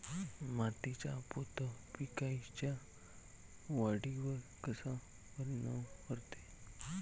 मातीचा पोत पिकाईच्या वाढीवर कसा परिनाम करते?